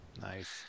Nice